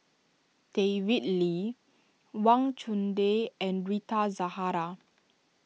David Lee Wang Chunde and Rita Zahara